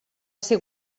ser